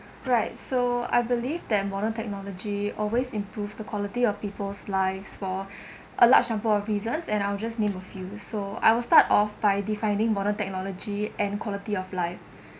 right so I believe that modern technology always improve the quality of people's lives for a large number of reasons and I will just name a few so I will start off by defining modern technology and quality of life